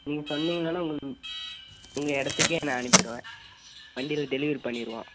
நீங்கள் சொன்னிங்கன்னா உங்களுக்கு உங்கள் இடத்துக்கே நான் அனுப்பிருவேன் வண்டியில டெலிவரி பண்ணிருவோம்